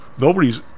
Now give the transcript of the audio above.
nobody's